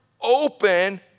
open